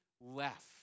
left